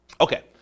okay